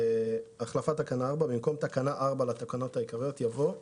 החלפת תקנה 4 5 במקום תקנה 4 לתקנות העיקריות יבוא: